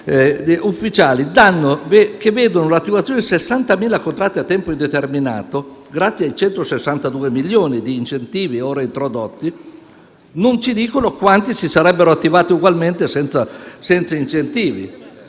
ufficiali, che vedono oggi l'attivazione di 60.000 contratti a tempo indeterminato, grazie ai 162 milioni di incentivi ora introdotti, non ci dicono quanti se ne sarebbero attivati ugualmente senza incentivi.